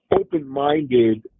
open-minded